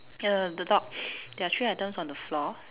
err the dog there are three items on the floor